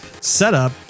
setup